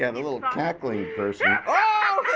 yeah little cackling person. oh,